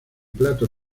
plato